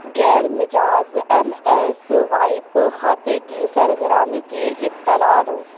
غیر مزاج M S وائپ خاتے کی سرغرامی کی اطلاع دو